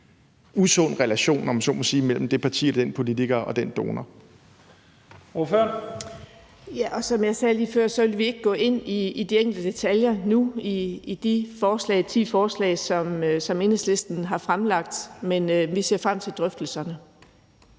så må sige, mellem det parti og den politiker og den donor.